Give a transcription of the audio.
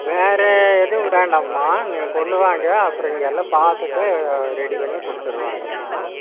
வேறு எதுவும் வேண்டாம்மா நீங்க கொண்டு வாங்க அப்புறம் இங்கே எல்லாம் பார்த்துட்டு ரெடி பண்ணிக் கொடுத்துடுவாங்கம்மா